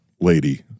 lady